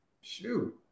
Shoot